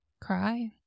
cry